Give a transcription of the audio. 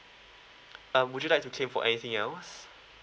uh would you like to claim for anything else